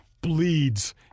bleeds